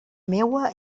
meua